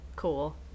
Cool